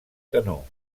canó